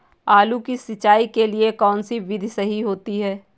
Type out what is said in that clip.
आलू की सिंचाई के लिए कौन सी विधि सही होती है?